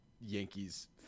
Yankees